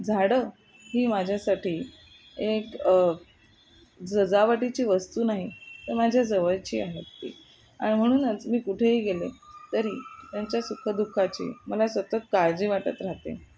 झाडं ही माझ्यासाठी एक सजावटीची वस्तू नाही तर माझ्या जवळची आहेत ती आणि म्हणूनच आज मी कुठेही गेले तरी त्यांच्या सुखदुःखाची मला सतत काळजी वाटत राहते